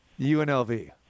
UNLV